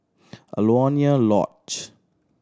Alaunia Lodge